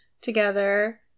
together